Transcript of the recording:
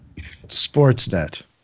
Sportsnet